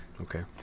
okay